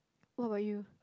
what about you